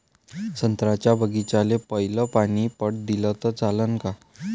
संत्र्याच्या बागीचाले पयलं पानी पट दिलं त चालन का?